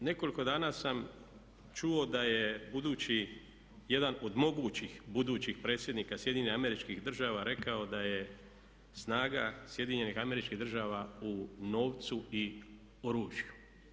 Prije nekoliko dana sam čuo da je budući, jedan od mogućih budućih predsjednika SAD-a rekao da je snaga SAD-a u novcu i oružju.